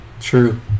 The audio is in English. True